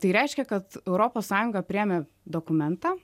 tai reiškia kad europos sąjunga priėmė dokumentą